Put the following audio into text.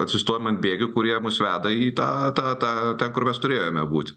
atsistojom ant bėgių kurie mus veda į tą tą tą kur mes turėjome būti